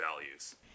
values